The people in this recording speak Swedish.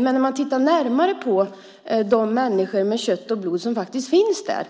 Men man kan titta närmare på de människor av kött och blod som faktiskt finns där